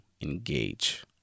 engage